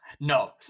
No